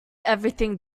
everything